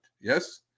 Yes